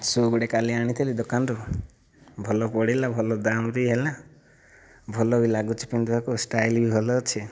ସୁ' ଗୋଟିଏ କାଲି ଆଣିଥିଲି ଦୋକାନରୁ ଭଲ ପଡ଼ିଲା ଭଲ ଦାମ୍ ବି ହେଲା ଭଲ ବି ଲାଗୁଛି ପିନ୍ଧିବାକୁ ଷ୍ଟାଇଲ୍ ବି ଭଲ ଅଛି